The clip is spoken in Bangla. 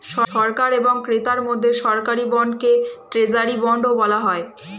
সরকার এবং ক্রেতার মধ্যে সরকারি বন্ডকে ট্রেজারি বন্ডও বলা হয়